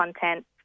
content